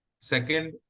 second